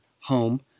home